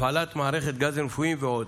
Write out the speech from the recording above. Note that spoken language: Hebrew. הפעלת מערכת גזים רפואיים ועוד,